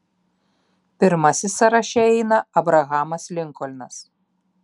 pirmasis sąraše eina abrahamas linkolnas